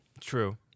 True